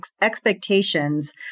expectations